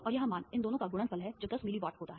और यह मान इन दोनों का गुणनफल है जो 10 मिली वाट होता है